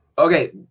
Okay